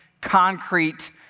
concrete